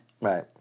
Right